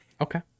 okay